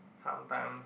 sometimes